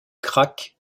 craque